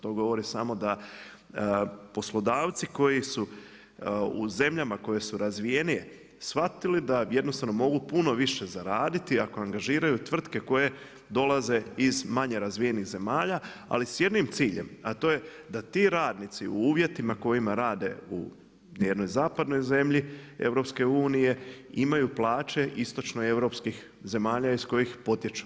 To govori samo da poslodavci koji su u zemljama koje su razvijenije shvatili da jednostavno mogu puno više zaraditi ako angažiraju tvrtke koje dolaze iz manje razvijenih zemalja, ali s jednim ciljem, a to da ti radnici u uvjetima kojima rade u jednoj zapadnoj zemlji EU imaju plaće istočnoeuropskih zemalja iz kojih potječu.